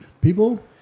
People